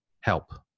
help